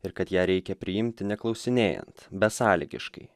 ir kad ją reikia priimti neklausinėjant besąlygiškai